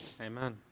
Amen